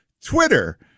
Twitter